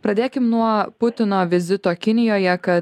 pradėkim nuo putino vizito kinijoje kad